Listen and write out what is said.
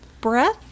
breath